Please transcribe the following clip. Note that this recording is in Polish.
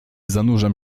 zanurzam